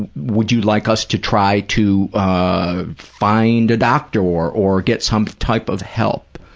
would you like us to try to ah find a doctor or or get some type of help.